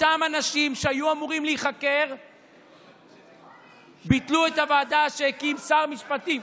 אותם אנשים שהיו אמורים להיחקר ביטלו את הוועדה שהקים שר המשפטים.